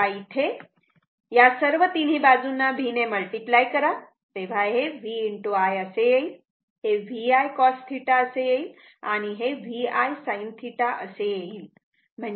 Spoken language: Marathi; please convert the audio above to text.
आता इथे या सर्व तिन्ही बाजूंना V ने मल्टिप्लाय करा तेव्हा हे VI असे येईल हे V I cos θ असे येईल आणि हे V I sin θ असे येईल